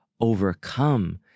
overcome